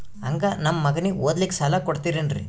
ಹಂಗ ನಮ್ಮ ಮಗನಿಗೆ ಓದಲಿಕ್ಕೆ ಸಾಲ ಕೊಡ್ತಿರೇನ್ರಿ?